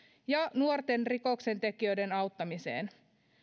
ja nuorten rikoksentekijöiden auttamiseen